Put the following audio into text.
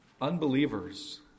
unbelievers